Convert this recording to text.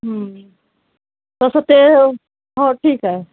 तसं ते हो ठीक आहे